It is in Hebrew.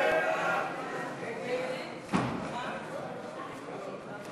המשרד לקליטת